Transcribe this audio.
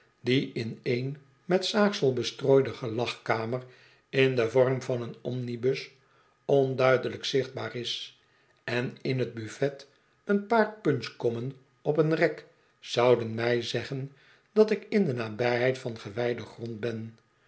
die in eon met zaagsel bestrooide gelagkamer in den vorm van een omnibus onduidelijk zichtbaar is on in t buffet een paar punchkommen op een rek zouden mij zeggen dat ik in de nabijheid van gewijden grond ben